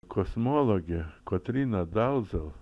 kosmologė kotryna dalzal